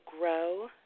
grow